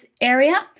area